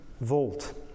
volt